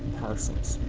parsons.